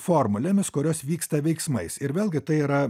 formulėmis kurios vyksta veiksmais ir vėlgi tai yra